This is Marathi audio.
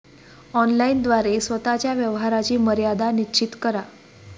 ऑनलाइन द्वारे स्वतः च्या व्यवहाराची मर्यादा निश्चित करा